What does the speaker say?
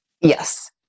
Yes